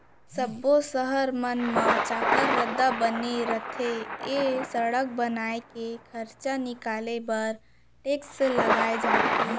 सब्बो सहर मन म चाक्कर रद्दा बने रथे ए सड़क बनाए के खरचा निकाले बर टेक्स लगाए जाथे